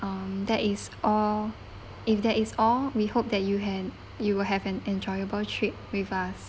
um that is all if that is all we hope that you had you will have an enjoyable trip with us